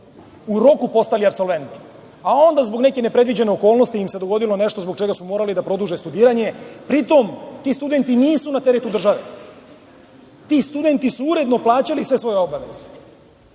u roku postali apsolventi. Onda zbog neke ne predviđene okolnosti se dogodilo nešto zbog čega su morali da produže studiranje, pri tom, ti studenti nisu na teretu države, ti studenti su uredno plaćali sve svoje obaveze